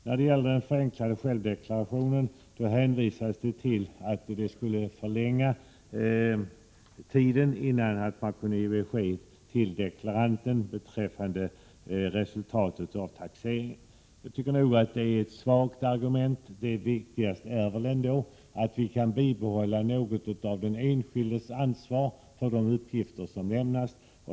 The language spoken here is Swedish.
När det gäller den förenklade självdeklarationen hänvisade Olle Westberg till att tiden skulle förlängas innan besked kunde ges till deklaranten beträffande resultatet av taxeringen. Det är ett svagt argument. Det viktigaste är väl ändå att vi kan bibehålla något av den enskildes ansvar för de uppgifter som lämnas.